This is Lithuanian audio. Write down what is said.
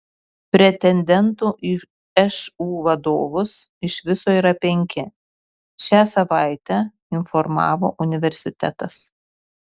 pretendentų į šu vadovus iš viso yra penki šią savaitę informavo universitetas